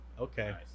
Okay